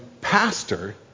pastor